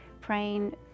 praying